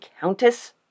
Countess